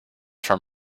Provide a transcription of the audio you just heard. from